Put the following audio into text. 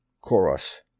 Chorus